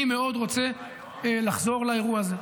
אני מאוד רוצה לחזור לאירוע הזה,